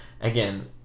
Again